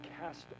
cast